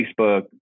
Facebook